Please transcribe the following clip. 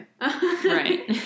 Right